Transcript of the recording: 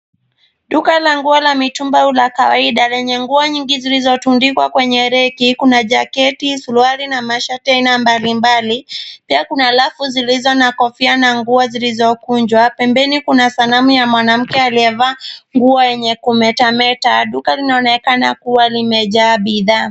Duka la nguo la mitumba au la kawaida lenye nguo nyingi zilizotundikwa kwenye reki, kuna jaketi, suruali na mashati aina mbali mbali. Pia kuna rafu zilizo na kofia na nguo zilizo kunjwa, pembeni kuna sanamu ya mwanamke aliyevaa nguo yenye kumetameta. Duka linaonekana kuwa limejaa bidhaa.